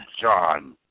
John